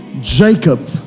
Jacob